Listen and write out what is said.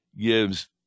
gives